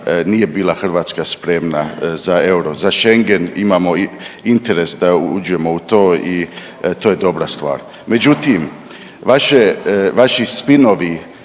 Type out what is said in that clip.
nije bila Hrvatska spremna za euro. Za Schengen imamo i interes da uđemo u to i to je dobra stvar. Međutim, vaši spinovi